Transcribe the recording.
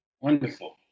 Wonderful